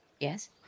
Yes